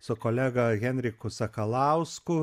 su kolega henriku sakalausku